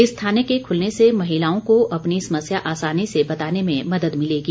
इस थाने के खुलने से महिलाओं को अपनी समस्या आसानी से बताने में मदद मिलेगी